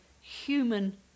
human